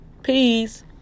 Peace